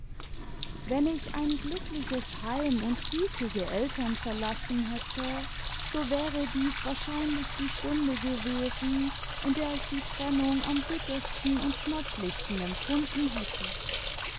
wenn ich ein glückliches heim und gütige eltern verlassen hätte so wäre dies wahrscheinlich die stunde gewesen in der ich die trennung am bittersten und schmerzlichsten empfunden hätte